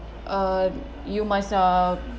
uh you must uh